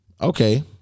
Okay